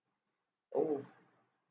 oh